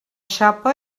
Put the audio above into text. xapa